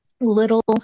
little